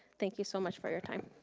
thank you so much for your time.